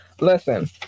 Listen